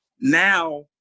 Now